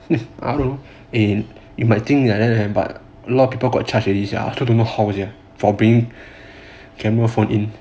I don't know you might think like that but a lot of people got charged already sia I also don't know how for bringing camera phone in